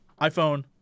iPhone